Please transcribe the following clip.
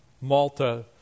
Malta